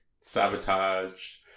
sabotaged